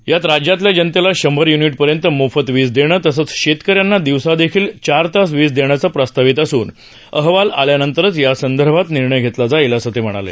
यात राज्यातल्या जनतेला शंभरय्निटपर्यंत मोफत वीज देणं तसंच शेतकऱ्यांना दिवसा देखील चारतास वीजदेण्याचं प्रस्तावित असून अहवाल आल्यानंतरच यासंदर्भात निर्णय घेतला जाईल असं ते म्हणाले